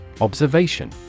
Observation